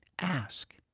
Ask